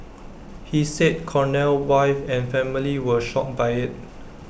he said Cornell wife and family were shocked by IT